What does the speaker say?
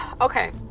okay